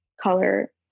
color